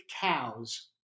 cows